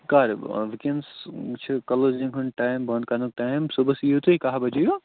کر وٕنۍکٮ۪نَس چھِ کَلوزِنٛگ ہُنٛد ٹایِم بنٛد کرنُک ٹایِم صُبحَس یِیِو تُہۍ کَہہ بَجے ہیوٗ